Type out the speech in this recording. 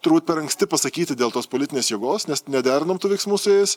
turbūt per anksti pasakyti dėl tos politinės jėgos nes nederinom tų veiksmų su jais